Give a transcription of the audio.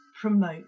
promote